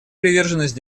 приверженность